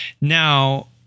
now